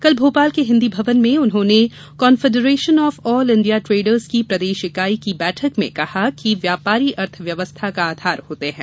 कल भोपाल के हिन्दी भवन में उन्होंने confederation of all India traders की प्रदेश इकाई की बैठक में कहा कि व्यापारी अर्थव्यवस्था का आधार होते है